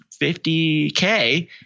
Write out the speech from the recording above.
50K